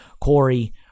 Corey